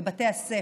בבתי הספר,